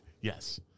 Yes